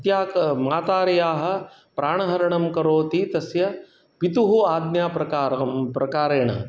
हत्या मातार्याः प्राणहरणं करोति तस्य पितुः आज्ञाप्रकारं प्रकारेण